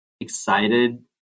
excited